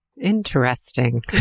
Interesting